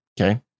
Okay